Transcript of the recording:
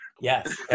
yes